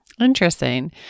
Interesting